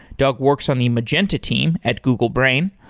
doug works on the magenta team at google brain.